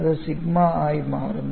അത് സിഗ്മ ആയി മാറുന്നു